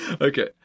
okay